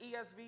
ESV